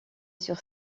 sur